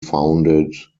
founded